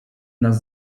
nas